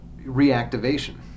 reactivation